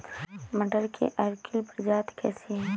मटर की अर्किल प्रजाति कैसी है?